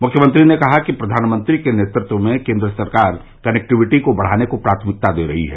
मुख्यमंत्री ने कहा कि प्रधानमंत्री के नेतृत्व में केन्द्र सरकार कनेक्टिविटी बढ़ाने को प्राथमिकता दे रही है